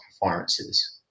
performances